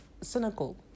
cynical